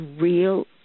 real